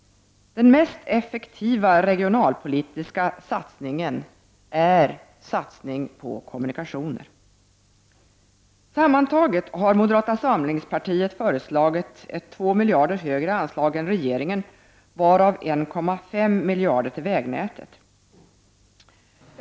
Den mest effektiva regionalpolitiska satsningen är en satsning på kommunikationer. Sammantaget har moderata samlingspartiet föreslagit ett 2 miljarder högre anslag än regeringen, varav 1,5 miljarder till vägnätet.